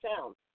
sound